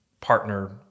partner